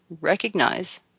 recognize